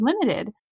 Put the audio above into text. limited